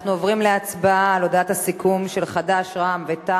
אנחנו עוברים להצבעה על הודעת הסיכום של חד"ש ורע"ם-תע"ל.